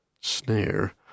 Snare